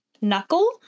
knuckle